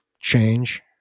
change